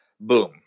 boom